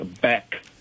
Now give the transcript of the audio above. back